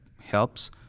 helps